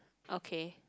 okay